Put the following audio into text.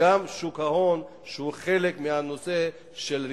וגם שוק ההון, שהוא חלק מהנושא של ריכוזיות.